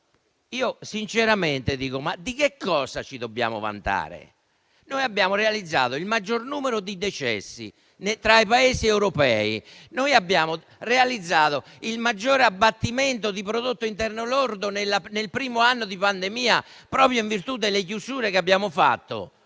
sinceramente, ma di che cosa ci dobbiamo vantare? Abbiamo realizzato il maggior numero di decessi tra i Paesi europei e il maggiore abbattimento di prodotto interno lordo nel primo anno di pandemia, proprio in virtù delle chiusure che abbiamo fatto,